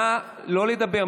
נא לא לדבר.